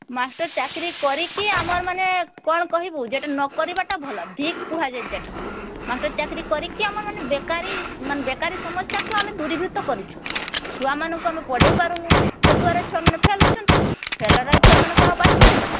master ଚାକିରୀ କରିକି ଆମର ମାନେ କ'ଣ କହିବୁ ଯେଉଁଟା ନ କରିବାଟା ଭଲ ଧିକ୍ କୁହାଯାଏ ଯେଉଁଟାକୁ ମାଷ୍ଟର ଚାକିରୀ କରିକି ଆମର ମାନେ ବେକାରୀ ମାନେ ବେକାରୀ ସମସ୍ୟାକୁ ଆମେ ଦୂରୀଭୂତ କରିଛୁ ଛୁଆମାନଙ୍କୁ ଆମେ ପଢ଼େଇ ପାରୁନୁ ସେ ଦ୍ୱାରା ଛୁଆମାନେ ଫେଲ୍ ହେଉଛନ୍ତି ଫେଲ୍ ହେଲେରେ ଛୁଆମାନେ କ'ଣ ଆଉ ପାଠ ପଢ଼ିବେ